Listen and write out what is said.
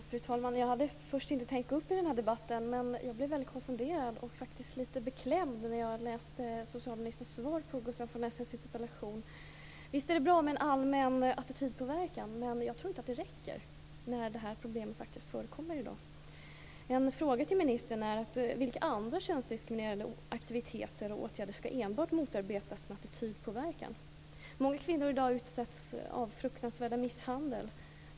Fru talman! Jag hade först inte tänkt gå upp i den här debatten, men jag blev väldigt konfunderad och faktiskt lite beklämd när jag läste socialministerns svar på Gustaf von Essens interpellation. Visst är det bra med en allmän attitydpåverkan, men jag tror inte att det räcker när det här problemet faktiskt finns i dag. En fråga till ministern är: Vilka andra könsdiskriminerande aktiviteter och åtgärder ska enbart motarbetas med attitydpåverkan? Många kvinnor utsätts i dag för fruktansvärd misshandel.